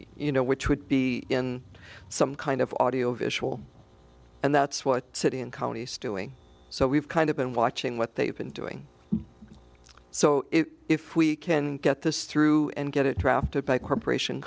you know which would be in some kind of audiovisual and that's what city and county stewing so we've kind of been watching what they've been doing so if we can get this through and get it drafted by corporation